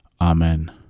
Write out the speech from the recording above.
Amen